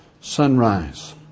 sunrise